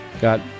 got